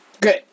Good